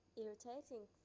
irritating